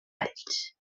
valls